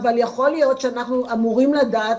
אבל יכול להיות שאנחנו אמורים לדעת,